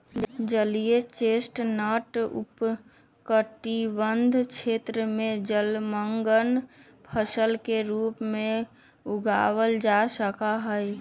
जलीय चेस्टनट उष्णकटिबंध क्षेत्र में जलमंग्न फसल के रूप में उगावल जा सका हई